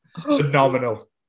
Phenomenal